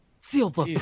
Silver